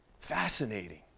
Fascinating